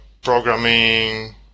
programming